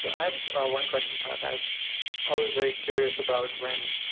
so i have one question, pat. i'm always very curious about when,